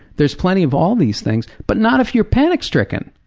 there is plenty of all these things, but not if you're panic stricken.